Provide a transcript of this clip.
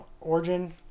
origin